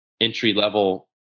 entry-level